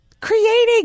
creating